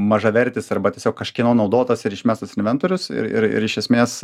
mažavertis arba tiesiog kažkieno naudotas ir išmestas inventorius ir ir ir iš esmės